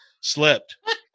slipped